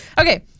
Okay